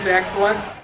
excellence